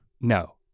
No